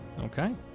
Okay